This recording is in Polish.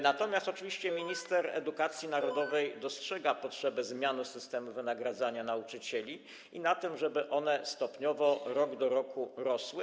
Natomiast oczywiście minister edukacji narodowej dostrzega potrzebę zmiany systemu wynagradzania nauczycieli i tego, żeby one stopniowo, rok do roku, rosły.